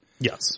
Yes